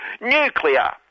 nuclear